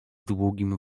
długim